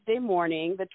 morning